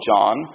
John